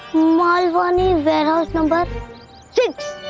malwani, warehouse number six.